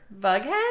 Bughead